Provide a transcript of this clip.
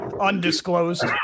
Undisclosed